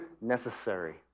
necessary